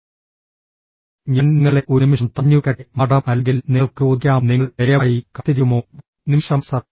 ഞാൻ നിങ്ങളെ ഒരു നിമിഷം തടഞ്ഞുവെക്കട്ടെ മാഡം അല്ലെങ്കിൽ നിങ്ങൾക്ക് ചോദിക്കാം നിങ്ങൾ ദയവായി കാത്തിരിക്കുമോ നിമിഷം സർ